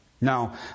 Now